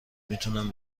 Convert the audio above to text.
میتونم